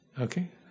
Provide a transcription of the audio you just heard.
Okay